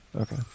Okay